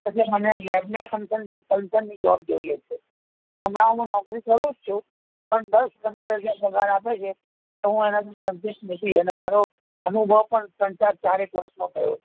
એટલે મને લેબના concern કન્સર્નની job જોઈએ છે ને હમણાં હું નોકરી કરું જ છું પણ દસ પંદર હજાર પગાર આપે છે તો હું એનાથી સંતુષ્ટ નથી અને મારો અનુભવ પણ ત્રણ ચાર ચારેક વર્ષનો થયો છે